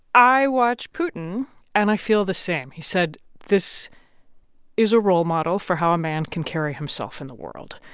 i watch putin and i feel the same. he said, this is a role model for how a man can carry himself in the world,